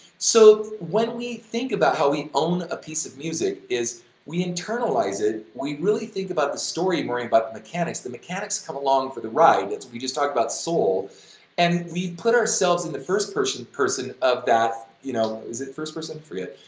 so, when we think about how we own a piece of music is we internalize it, we really think about the story worrying about the mechanics the mechanics come along for the ride as we just talked about soul and we put ourselves in the first person person of that, you know, is it first person? i forget.